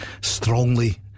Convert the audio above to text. strongly